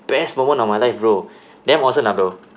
best moment of my life bro damn awesome ah bro